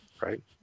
Right